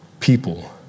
people